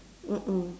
mm mm